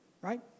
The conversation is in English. right